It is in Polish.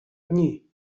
dni